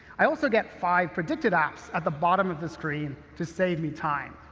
i also get five predicted apps at the bottom of the screen to save me time.